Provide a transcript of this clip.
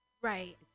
Right